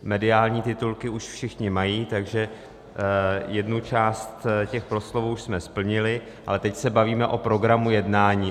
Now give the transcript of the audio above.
Mediální titulky už všichni mají, takže jednu část těch proslovů už jsme splnili, ale teď se bavíme o programu jednání.